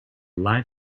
life